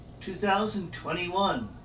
2021